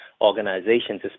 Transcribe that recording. Organizations